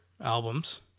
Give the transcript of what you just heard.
albums